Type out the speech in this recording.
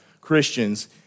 Christians